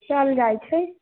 चलि जाइ छै